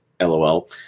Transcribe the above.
LOL